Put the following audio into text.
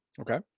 Okay